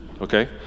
okay